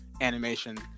animation